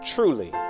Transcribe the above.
Truly